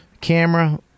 Camera